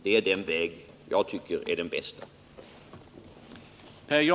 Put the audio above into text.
Det är den väg jag tycker är den bästa.